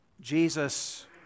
Jesus